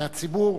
מהציבור,